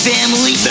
Family